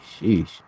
Sheesh